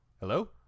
Hello